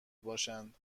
باشند